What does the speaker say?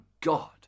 God